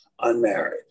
unmarried